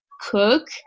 cook